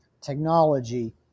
technology